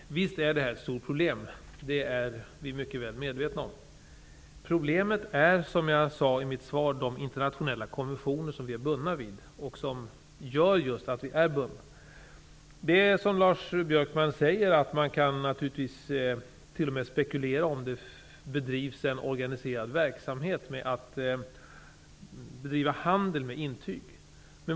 Herr talman! Visst är detta ett stort problem. Det är vi mycket väl medvetna om. Som jag sade i mitt svar består problemet av de internationella konventioner som vi är bundna vid och som gör just att vi är bundna. Som Lars Björkman säger kan man naturligtvis spekulera om huruvida det bedrivs en organiserad handel med intyg.